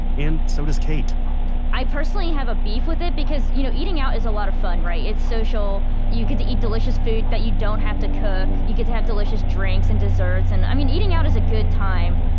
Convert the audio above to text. and so does kate i personally have a beef with it cause you know eating out is a lot of fun, right? its social, you get to eat delicious food that you don't have to cook, you get to have delicious drinks and deserts. and i mean eating out is a good time,